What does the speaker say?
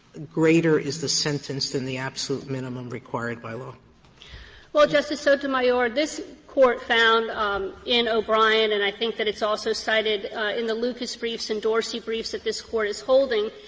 greater is the sentence than the absolute minimum required by law? maguire well, justice sotomayor, this court found um in o'brien, and i think that it's also cited in the lucas briefs and dorsey briefs that this court is holding,